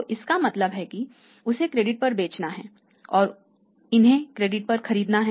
तो इसका मतलब है कि उसे क्रेडिट पर बेचना है और इन्हें क्रेडिट पर खरीदना है